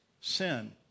sin